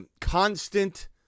constant